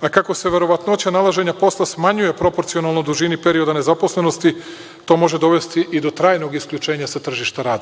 a kako se verovatnoća nalaženja posla smanjuje u proporcionalnoj dužini perioda nezaposlenosti, to može dovesti i do trajnog isključenja sa tržišta